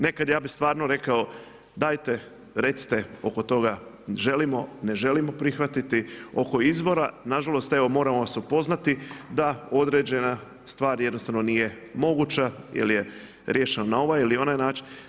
Nekad ja bi stvarno rekao, dajte recite oko toga želimo, ne želimo prihvatiti, oko izbora, nažalost evo moramo vas upoznati da određena stvar jednostavno nije moguća jer je riješena na ovaj ili onaj način.